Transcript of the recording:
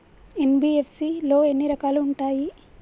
NBFC లో ఎన్ని రకాలు ఉంటాయి?